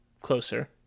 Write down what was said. Closer